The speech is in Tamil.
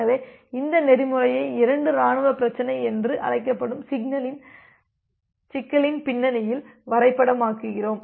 எனவே இந்த நெறிமுறையை இரண்டு இராணுவப் பிரச்சினை என்று அழைக்கப்படும் சிக்கலின் பின்னணியில் வரைபடமாக்குகிறோம்